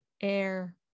air